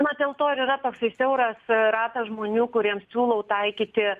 na dėl to ir yra toksai siauras ratas žmonių kuriems siūlau taikyti